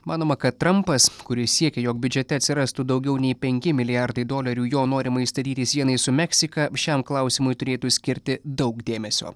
manoma kad trampas kuris siekia jog biudžete atsirastų daugiau nei penki milijardai dolerių jo norimai statyti sienai su meksika šiam klausimui turėtų skirti daug dėmesio